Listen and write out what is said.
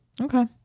Okay